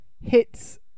hits